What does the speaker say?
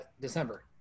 December